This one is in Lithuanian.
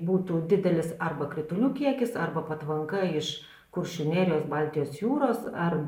būtų didelis arba kritulių kiekis arba patvanka iš kuršių nerijos baltijos jūros ar